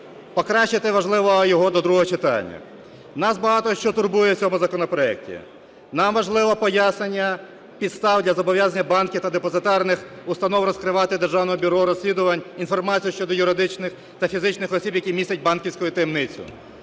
Покращити важливо його до другого читання. Нас багато що турбує в цьому законопроекті. Нам важливо пояснення підстав для зобов'язання банків та депозитарних установ розкривати Державному бюро розслідувань інформацію щодо юридичних та фізичних осіб, які містять банківську таємницю.